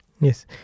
Yes